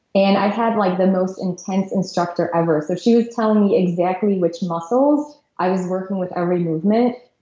and i had like the most intense instructor ever. so she was telling me exactly which muscles i was working with every movement,